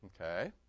Okay